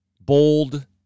bold